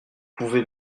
pouvez